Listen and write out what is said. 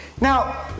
Now